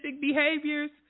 behaviors